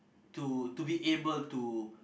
to to be able to